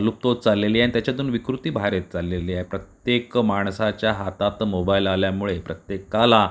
लुप्त होत चाललेली आहे आणि त्याच्यातून विकृती बाहेर येत चाललेली आहे प्रत्येक माणसाच्या हातात मोबाईल आल्यामुळे प्रत्येकाला